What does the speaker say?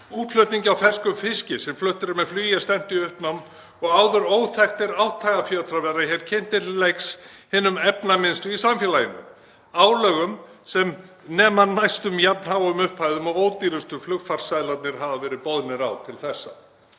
Útflutningi á ferskum fiski sem fluttur er með flugi er stefnt í uppnám og áður óþekktir átthagafjötrar verða kynntir til leiks hinum efnaminnstu í samfélaginu með álögum sem nema næstum jafn háum upphæðum og ódýrustu flugfarseðlarnir hafa verið boðnir á til þessa.